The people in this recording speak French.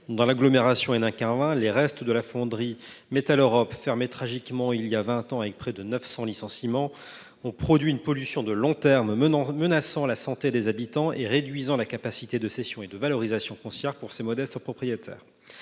d’agglomération Hénin Carvin, les restes de la fonderie Metaleurop, fermée tragiquement voilà vingt ans, ce qui a entraîné près de 900 licenciements, ont produit une pollution de long terme, menaçant la santé des habitants et réduisant la capacité de cession et de valorisation foncière pour ces modestes propriétaires.